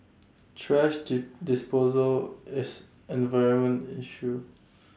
thrash dis disposal is an environmental issue